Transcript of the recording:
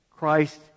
Christ